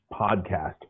podcast